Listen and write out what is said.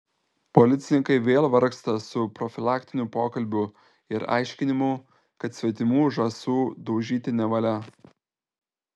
policininkai vėl vargsta su profilaktiniu pokalbiu ir aiškinimu kad svetimų žąsų daužyti nevalia